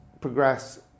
progress